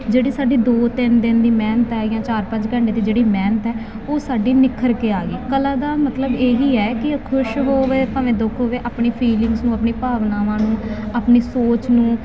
ਜਿਹੜੀ ਸਾਡੀ ਦੋ ਤਿੰਨ ਦਿਨ ਦੀ ਮਿਹਨਤ ਹੈ ਜਾਂ ਚਾਰ ਪੰਜ ਘੰਟੇ ਦੀ ਜਿਹੜੀ ਮਿਹਨਤ ਹੈ ਉਹ ਸਾਡੀ ਨਿੱਖਰ ਕੇ ਆ ਗਈ ਕਲਾ ਦਾ ਮਤਲਬ ਇਹੀ ਹੈ ਕਿ ਖੁਸ਼ ਹੋਵੇ ਭਾਵੇਂ ਦੁੱਖ ਹੋਵੇ ਆਪਣੀ ਫੀਲਿੰਗਸ ਨੂੰ ਆਪਣੀ ਭਾਵਨਾਵਾਂ ਨੂੰ ਆਪਣੀ ਸੋਚ ਨੂੰ